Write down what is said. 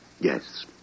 Yes